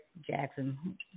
Jackson